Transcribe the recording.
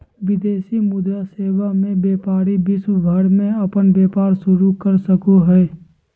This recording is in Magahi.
विदेशी मुद्रा सेवा मे व्यपारी विश्व भर मे अपन व्यपार शुरू कर सको हय